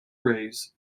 rays